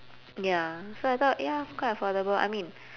ya so I thought ya quite affordable I mean